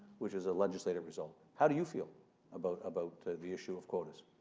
which is a legislative result. how do you feel about about the issue of quotas?